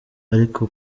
ariko